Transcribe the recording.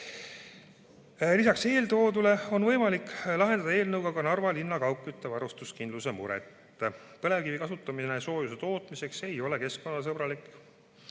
kohaselt võimalik lahendada ka Narva linna kaugkütte varustuskindluse mure. Põlevkivi kasutamine soojuse tootmiseks ei ole keskkonnasõbralik.